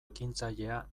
ekintzailea